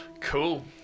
Cool